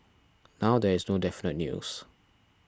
now there is no definite news